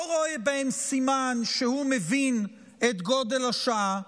לא רואה בהן סימן שהוא מבין את גודל השעה.